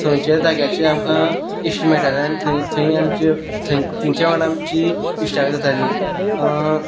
थंयच्या जाग्याचेर आमकां इश्ट मेळटाले आनी थंय थंयी आमच्यो तांच्या वांगडा आमची इश्टागत जाताली